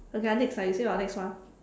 okay ah next ah you say your next one